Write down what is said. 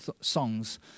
songs